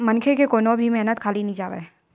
मनखे के कोनो भी मेहनत खाली नइ जावय